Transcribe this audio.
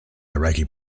iraqi